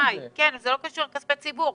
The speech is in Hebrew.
כן, זה לא קשור לכספי ציבור.